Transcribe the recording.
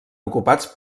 ocupats